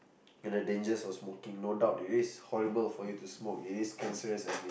and the dangers of smoking no doubt it is horrible for you to smoke it is cancerous and it's